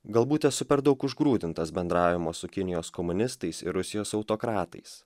galbūt esu per daug užgrūdintas bendravimo su kinijos komunistais ir rusijos autokratais